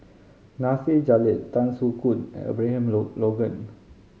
Nasir Jalil Tan Soo Khoon and Abraham Logan